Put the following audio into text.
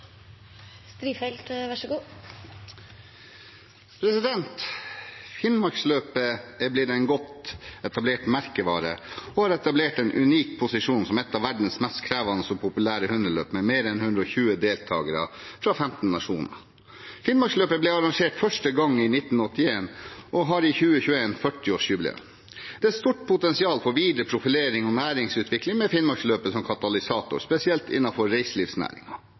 Finnmarksløpet har blitt en godt etablert merkevare og har etablert en unik posisjon som et av verdens mest krevende og populære hundeløp med mer enn 120 deltakere fra 15 nasjoner. Finnmarksløpet ble arrangert første gang i 1981 og har i 2021 40-årsjubileum. Det er et stort potensial for videre profilering og næringsutvikling med Finnmarksløpet som katalysator, spesielt